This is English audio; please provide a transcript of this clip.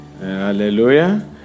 hallelujah